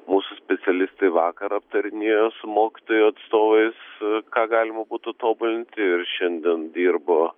mūsų specialistai vakar aptarinėjo su mokytojų atstovais ką galima būtų tobulinti ir šiandien dirbo